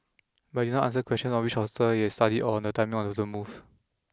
but it did not answer questions on which hotels it had studied or on the timing of the move